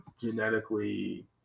genetically